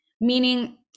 meaning